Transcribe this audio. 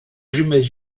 jumelle